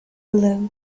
below